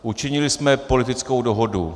Učinili jsme politickou dohodu.